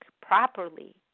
properly